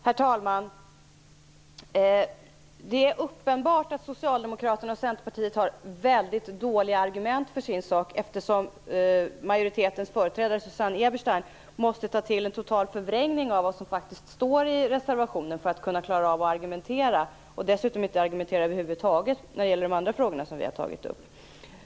Herr talman! Det är uppenbart att Socialdemokraterna och Centerpartiet har väldigt dåliga argument för sin sak eftersom majoritetens företrädare, Susanne Eberstein, måste ta till en total förvrängning av vad som faktiskt står i reservationen för att kunna klara av att argumentera och dessutom inte argumenterar över huvud taget i de andra frågor som vi har tagit upp.